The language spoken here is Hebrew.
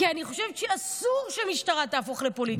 כי אני חושבת שאסור שהמשטרה תהפוך לפוליטית.